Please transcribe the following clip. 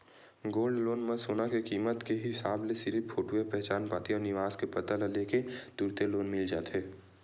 gold loan म सोना के कीमत के हिसाब ले सिरिफ फोटूए पहचान पाती अउ निवास के पता ल ले के तुरते लोन मिल जाथे